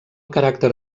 caràcter